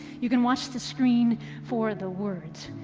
you can watch the screen for the words.